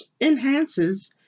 enhances